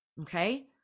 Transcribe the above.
okay